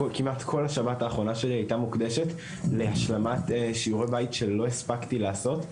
כמעט כל השבת האחרונה שלי הוקדשה להשלמת שיעורי בית שלא הספקתי לעשות.